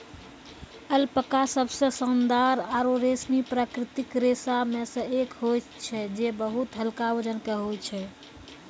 alpaca सबसें शानदार आरु रेशमी प्राकृतिक रेशा म सें एक होय छै जे बहुत हल्का वजन के होय छै